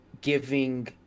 giving